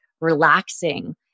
relaxing